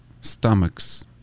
stomachs